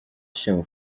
się